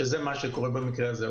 שזה מה שקורה במקרה הזה,